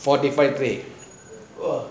four different tray